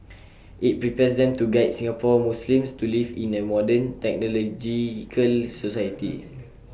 IT prepares them to guide Singapore Muslims to live in A modern technological society